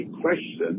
question